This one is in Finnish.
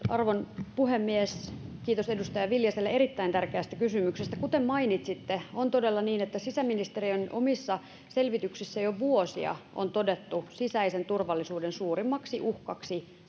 arvon puhemies kiitos edustaja viljaselle erittäin tärkeästä kysymyksestä kuten mainitsitte on todella niin että sisäministeriön omissa selvityksissä jo vuosia on todettu sisäisen turvallisuuden suurimmaksi uhkaksi